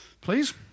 please